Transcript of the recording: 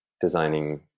designing